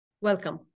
Welcome